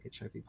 HIV